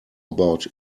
about